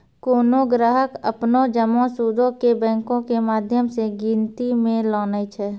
कोनो ग्राहक अपनो जमा सूदो के बैंको के माध्यम से गिनती मे लानै छै